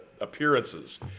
appearances